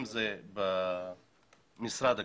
אם זה במשרד הקליטה,